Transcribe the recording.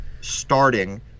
starting